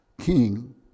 King